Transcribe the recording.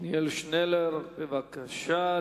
עתניאל שנלר, בבקשה.